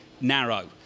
narrow